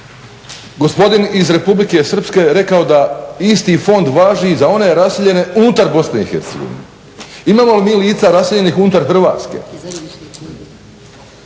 gospodin iz Republike Srpske je rekao da isti fond važi i za one raseljene unutar Bosne i Hercegovine. Imamo li mi lica raseljenih unutar Hrvatske?